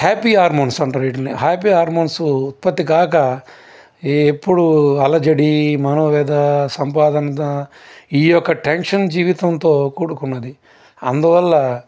happy hormones అంటారు వీటిల్ని happy hormones ఉత్పత్తి కాక ఈ ఎప్పుడు అలజడి ఈ మనోవ్యధ సంపాదన ఈ యొక్క టెన్షన్ జీవితంతో కూడుకున్నది అందువల్ల